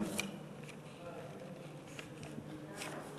מי נמנע?